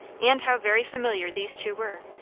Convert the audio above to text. and how very familiar these two were,